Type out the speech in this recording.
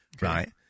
right